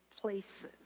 places